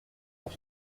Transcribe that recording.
pour